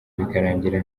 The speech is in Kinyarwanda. bikarangira